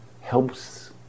helps